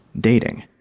dating